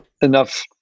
enough